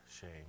shame